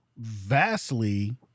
vastly